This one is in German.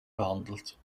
behandelt